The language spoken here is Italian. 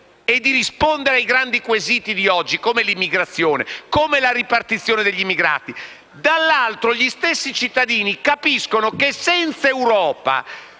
e di rispondere ai grandi quesiti odierni come l'immigrazione e la ripartizione degli immigrati. D'altro canto, però, gli stessi cittadini capiscono che senza Europa